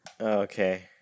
Okay